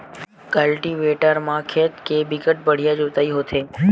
cultivator म खेत के बिकट बड़िहा जोतई होथे